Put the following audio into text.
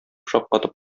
шаккатып